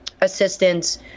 assistance